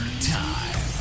time